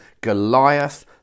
Goliath